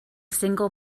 single